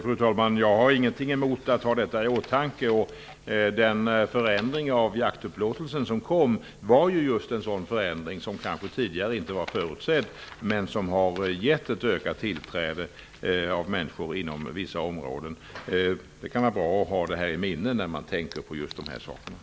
Fru talman! Jag har ingenting emot att ha detta i åtanke. Den förändring av jaktupplåtelsen som infördes var just en sådan förändring som kanske inte tidigare var förutsedd men som har gett ett ökat tillträde för människor inom visa områden. Det kan vara bra att ha detta i minnet när man tänker på just dessa frågor.